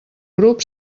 grup